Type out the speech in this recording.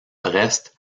brest